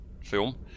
film